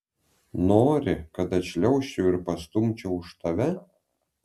nori kad atšliaužčiau ir pastumčiau už tave